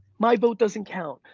my vote doesn't count,